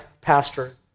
pastor